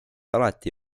alati